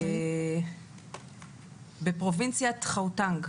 בפרובינציית חאוטנג,